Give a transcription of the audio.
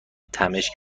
تمشک